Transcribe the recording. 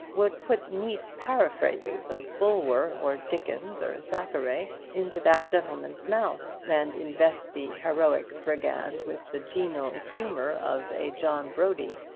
would put neat paraphrases of bulwer, or dickens, or thackeray into that gentleman's mouth, and invest the heroic brigand with the genial humour of a john brodie,